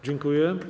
Dziękuję.